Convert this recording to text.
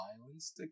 violence